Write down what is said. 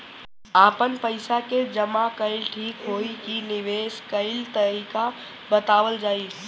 आपन पइसा के जमा कइल ठीक होई की निवेस कइल तइका बतावल जाई?